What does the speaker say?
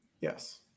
Yes